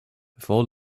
before